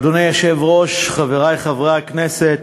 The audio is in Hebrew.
אדוני היושב-ראש, חברי חברי הכנסת,